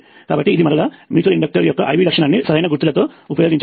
కాబట్టి మరలా ఇది మ్యూచువల్ ఇండక్టర్ యొక్క IV లక్షణాన్ని సరైన గుర్తుల తో ఉపయోగించడం